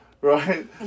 right